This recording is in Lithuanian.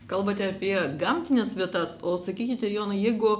kalbate apie gamtines vietas o sakykite jonai jeigu